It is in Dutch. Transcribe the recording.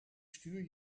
stuur